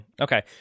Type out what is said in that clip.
Okay